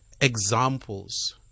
examples